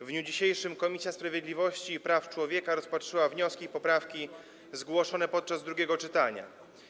W dniu dzisiejszym Komisja Sprawiedliwości i Praw Człowieka rozpatrzyła wnioski i poprawki zgłoszone podczas drugiego czytania.